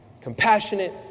Compassionate